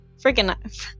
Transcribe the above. freaking